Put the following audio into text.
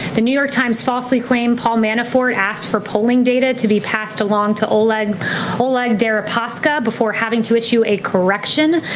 the new york times falsely claimed paul manafort asked for polling data to be passed along to old people like ah like derek pascha before having to issue a correction.